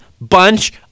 bunch